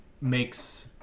makes